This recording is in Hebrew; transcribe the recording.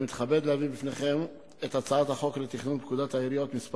אני מתכבד להביא בפניכם את הצעת החוק לתיקון פקודת העיריות (מס'